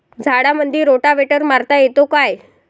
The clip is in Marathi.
झाडामंदी रोटावेटर मारता येतो काय?